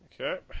Okay